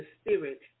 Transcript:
Spirit